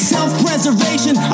Self-preservation